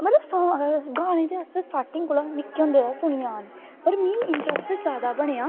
मतलव गानें ते असैं स्टार्टिंग दा दा गै निक्के होंदे दा गै सुनी आने पर मीं इंटर्स्ट जादा बनेआ